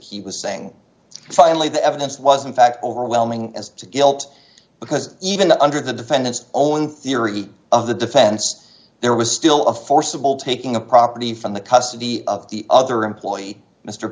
he was saying finally the evidence was in fact overwhelming as to guilt because even under the defendant's own theory of the defense there was still a forcible taking a property from the custody of the other employee mr